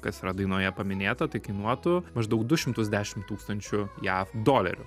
kas yra dainoje paminėta tai kainuotų maždaug du šimtus dešimt tūkstančių jav dolerių